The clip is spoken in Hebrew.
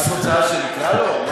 מה את רוצה, שנקרא לו?